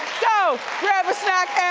so grab a snack